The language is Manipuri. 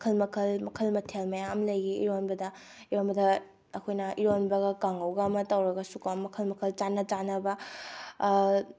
ꯃꯈꯜ ꯃꯈꯜ ꯃꯈꯜ ꯃꯊꯦꯜ ꯃꯌꯥꯝ ꯂꯩꯌꯦ ꯏꯔꯣꯟꯕꯗ ꯏꯔꯣꯟꯕꯗ ꯑꯩꯈꯣꯏꯅ ꯏꯔꯣꯟꯕꯒ ꯀꯥꯡꯍꯧꯒ ꯑꯃ ꯇꯧꯔꯒꯁꯨꯀꯣ ꯃꯈꯜ ꯃꯈꯜ ꯆꯥꯟꯅ ꯆꯥꯟꯅꯕ